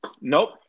Nope